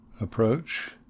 approach